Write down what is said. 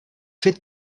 fet